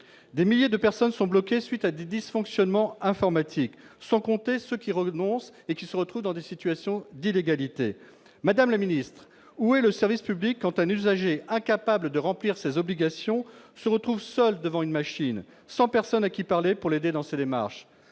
des milliers de personnes sont bloquées suite à des dysfonctionnements informatiques, sans compter ceux qui renoncent et qui se retrouvent dans des situations d'illégalité, Madame la Ministre, où est le service public quand un usager incapable de remplir ses obligations se retrouve seul devant une machine sans personne à qui parler pour l'aider dans ses démarches,